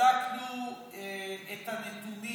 בדקנו את הנתונים,